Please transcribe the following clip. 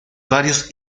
varios